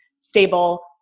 stable